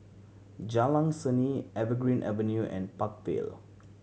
Jalan Seni Evergreen Avenue and Park Vale